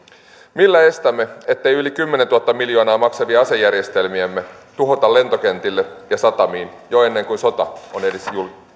millä estämme ettei yli kymmenentuhatta miljoonaa maksavia asejärjestelmiämme tuhota lentokentille ja satamiin jo ennen kuin sota on edes